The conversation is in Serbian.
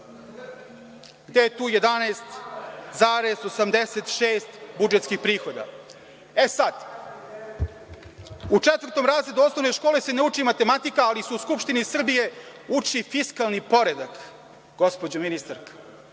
Gde je tu 11,86 budžetskih prihoda? E sad, u četvrtom razredu osnovne škole se ne uči matematika ali se u Skupštini Srbije uči fiskalni poredak, gospođo ministarka.